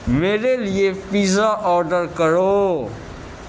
میرے لیے pizza order کرو